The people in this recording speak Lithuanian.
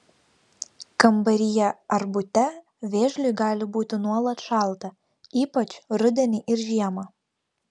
kambaryje ar bute vėžliui gali būti nuolat šalta ypač rudenį ir žiemą